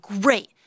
great